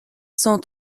cent